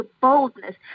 boldness